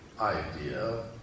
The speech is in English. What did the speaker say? idea